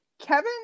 Kevin